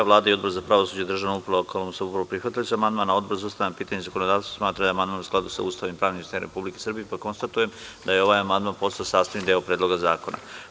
Vlada i Odbor za pravosuđe, državnu upravu i lokalnu samoupravu prihvatili su amandman, a Odbor za ustavna pitanja i zakonodavstvo smatra da je amandman u skladu sa Ustavom i pravnim sistemom Republike Srbije, pa konstatujem da je ovaj amandman postao sastavni deo Predloga zakona.